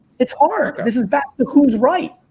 it's hard. this is back to who's right,